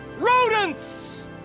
rodents